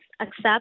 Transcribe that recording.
accept